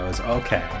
Okay